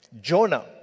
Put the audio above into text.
Jonah